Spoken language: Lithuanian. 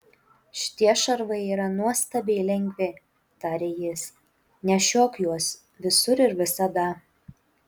šitie šarvai yra nuostabiai lengvi tarė jis nešiok juos visur ir visada